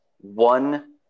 one